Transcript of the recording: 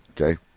okay